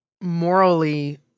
morally